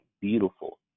Beautiful